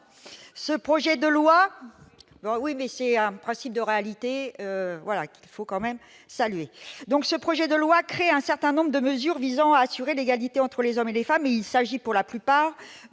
Le projet de loi prévoit un certain nombre de mesures visant à assurer l'égalité entre les femmes et les hommes. La plupart